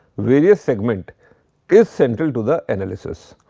various segment is central to the analysis.